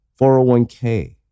401k